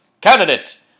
candidate